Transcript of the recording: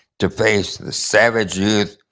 to face the savage youth,